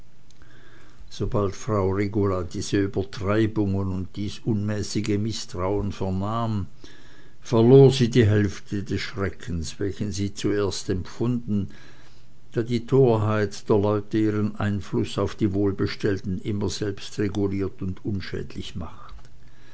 sobald frau regula diese übertreibungen und dies unmäßige mißtrauen vernahm verlor sie die hälfte des schreckens welchen sie zuerst empfunden da die torheit der leute ihren einfluß auf die wohlbestellten immer selbst reguliert und unschädlich macht